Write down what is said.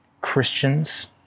Christians